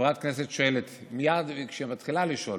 חברת כנסת שואלת, מייד כשהיא מתחילה לשאול